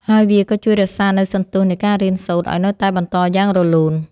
ហើយវាក៏ជួយរក្សានូវសន្ទុះនៃការរៀនសូត្រឱ្យនៅតែបន្តយ៉ាងរលូន។